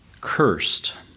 Cursed